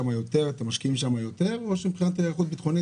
אתם משקיעים שם יותר או שמבחינת היערכות ביטחונית